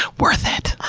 worth it!